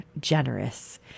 generous